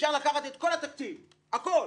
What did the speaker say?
אפשר לקחת את כל התקציב, הכול,